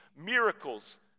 miracles